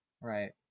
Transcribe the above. Right